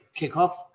kickoff